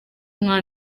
nka